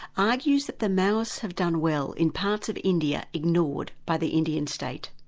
argues that the maoists have done well in parts of india ignored by the indian state.